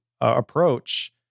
approach